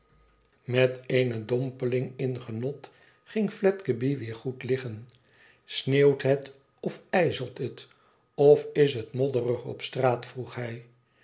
geslagen meteene dompeling in genot ging fledgeby weer goed liggen sneeuwt het of ijzelt het of is het modderig op straat vroeg hij